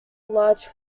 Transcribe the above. large